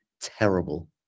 terrible